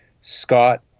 Scott